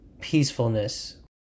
peacefulness